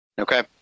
Okay